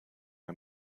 der